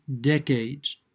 decades